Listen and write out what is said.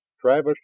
Travis